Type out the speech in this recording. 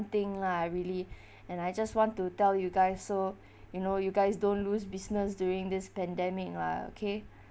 thing lah I really and I just want to tell you guys so you know you guys don't lose business during this pandemic lah okay